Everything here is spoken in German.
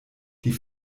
die